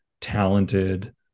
talented